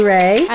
Ray